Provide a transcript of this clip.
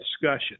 discussion